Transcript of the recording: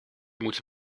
moeten